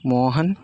Mohan